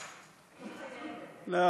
אני חייבת.